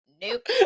Nope